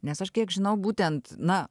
nes aš kiek žinau būtent na